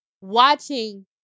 watching